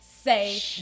say